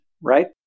right